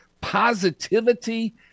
positivity